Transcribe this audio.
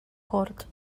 cort